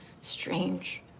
strange